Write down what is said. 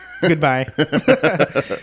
goodbye